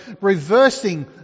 reversing